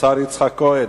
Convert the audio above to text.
השר יצחק כהן,